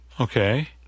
Okay